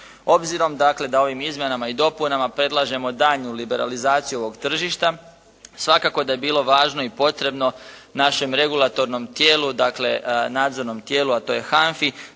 Obzirom dakle da ovim izmjenama i dopunama predlažemo daljnju liberalizaciju ovog tržišta, svakako da je bilo važno i potrebno našem regulatornom tijelu, dakle nadzornom tijelu, a to je HANFA-i